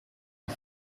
die